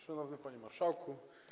Szanowny Panie Marszałku!